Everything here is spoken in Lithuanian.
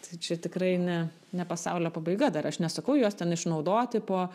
tai čia tikrai ne ne pasaulio pabaiga dar aš nesakau juos ten išnaudoti po